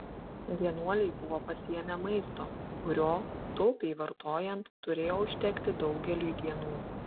vienuoliai buvo pasiėmę maisto kurio taupiai vartojant turėjo užtekti daugeliui dienų